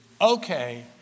okay